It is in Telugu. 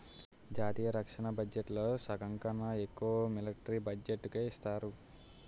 జాతీయ రక్షణ బడ్జెట్లో సగంకన్నా ఎక్కువ మిలట్రీ బడ్జెట్టుకే ఇస్తారు